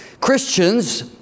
Christians